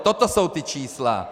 Toto jsou ta čísla.